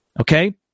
okay